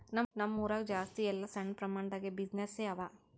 ನಮ್ ಊರಾಗ ಜಾಸ್ತಿ ಎಲ್ಲಾ ಸಣ್ಣ ಪ್ರಮಾಣ ದಾಗೆ ಬಿಸಿನ್ನೆಸ್ಸೇ ಅವಾ